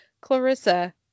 Clarissa